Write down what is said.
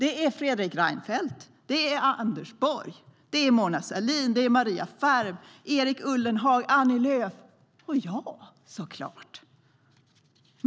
Det är Fredrik Reinfeldt, Anders Borg, Mona Sahlin, Maria Ferm, Erik Ullenhag, Annie Lööf - och jag såklart.